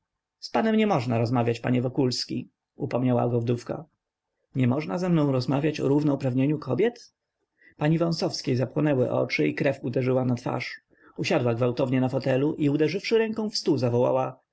z panem niemożna rozmawiać panie wokulski upomniała go wdówka niemożna ze mną rozmawiać o równouprawnieniu kobiet pani wąsowskiej zapłonęły oczy i krew uderzyła na twarz usiadła gwałtownie na fotelu i uderzywszy ręką w stół zawołała